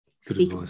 Speak